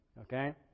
Okay